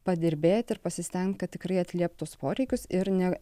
padirbėt ir pasistengt kad tikrai atliept tuos poreikius ir ne